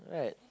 right